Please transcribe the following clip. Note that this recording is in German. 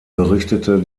berichtete